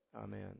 Amen